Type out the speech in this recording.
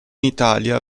italia